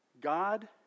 God